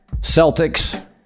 Celtics